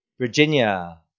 Virginia